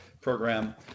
program